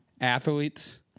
Athletes